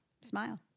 Smile